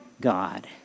God